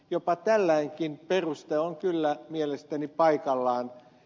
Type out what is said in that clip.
jopa tällainenkin peruste on kyllä mielestäni paikallaan